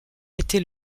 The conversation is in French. était